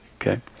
okay